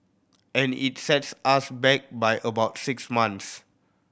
and it sets us back by about six months